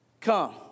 Come